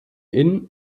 inn